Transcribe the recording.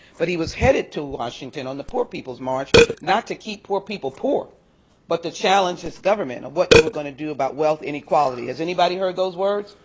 but he was headed to washington on the poor people's march not to keep poor people poor but to challenge this government of what you were going to do about wealth inequality. has anybody heard those words?